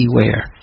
beware